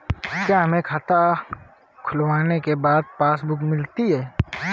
क्या हमें खाता खुलवाने के बाद पासबुक मिलती है?